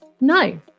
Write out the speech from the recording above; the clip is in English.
no